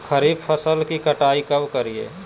खरीफ फसल की कटाई कब करिये?